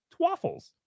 Twaffles